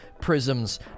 prisms